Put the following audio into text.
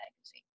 magazine